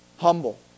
Humble